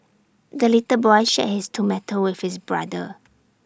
the little boy shared his tomato with his brother